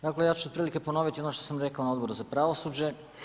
Dakle, ja ću otprilike ponoviti ono što sam rekao na Odboru za pravosuđe.